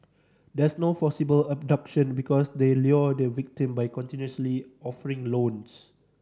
there's no forcible abduction because they lure the victim by continuously offering loans